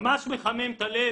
מחמם את הלב,